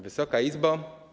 Wysoka Izbo!